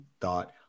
thought